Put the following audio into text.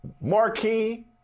marquee